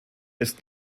ist